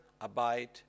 abide